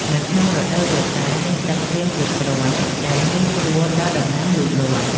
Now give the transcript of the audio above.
នៅក្នុងរដូវវស្សាមានទឹកភ្លៀងគ្រប់គ្រាន់ដែលងាយស្រួលដល់ដំណាំលូតលាស់។